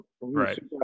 Right